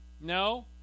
No